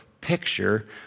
picture